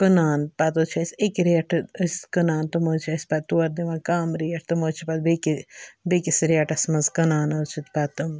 کٕنان پتہٕ حٕظ چھِ أسۍ اکہِ ریٹہٕ اسہِ کٕنان تِم حظ چھِ پتہٕ تورٕ دِوان کَم ریٹ تِم حظ چھِ پَتہٕ بیٚکہِ بیٚکِس ریٹَس منٛز کٕنان حٕظ چھِ پتہٕ تِم